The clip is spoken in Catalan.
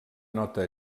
nota